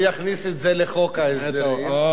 ויכניס את זה לחוק ההסדרים.